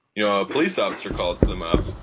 you know, a police officer calls them up.